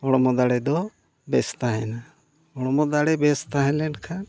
ᱦᱚᱲᱢᱚ ᱫᱟᱲᱮ ᱫᱚ ᱵᱮᱥ ᱛᱟᱦᱮᱱᱟ ᱦᱚᱲᱢᱚ ᱫᱟᱲᱮ ᱵᱮᱥ ᱛᱟᱦᱮᱸ ᱞᱮᱱᱠᱷᱟᱱ